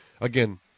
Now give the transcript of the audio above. again